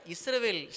Israel